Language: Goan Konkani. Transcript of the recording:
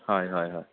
हय हय हय